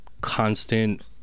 constant